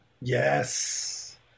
Yes